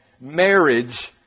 Marriage